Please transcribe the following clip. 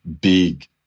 big